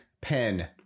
pen